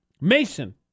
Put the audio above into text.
Mason